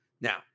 now